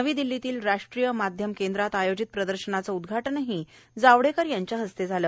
नवी दिल्लीतील राष्ट्रीय माध्यम केंद्रात आयोजित प्रदर्शनाचं उद्घाटनही जावडेकर यांच्या हस्ते झालं